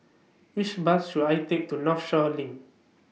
Which Bus should I Take to Northshore LINK